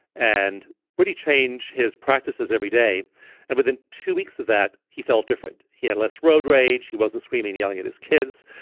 and really change his practices every day and within two weeks of that, he felt different. he had left road rage. he wasn't screaming, yelling at his kids,